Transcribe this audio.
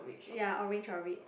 ya orange or red